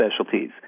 specialties